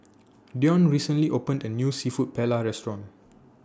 Deon recently opened A New Seafood Paella Restaurant